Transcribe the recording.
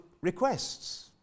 requests